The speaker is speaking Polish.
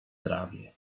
trawie